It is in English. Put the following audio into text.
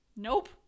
Nope